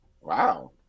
Wow